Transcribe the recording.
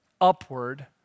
upward